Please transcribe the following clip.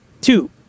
Two